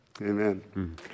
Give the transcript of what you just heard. Amen